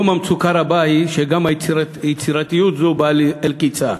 היום המצוקה רבה, וגם יצירתיות זו באה אל קצה.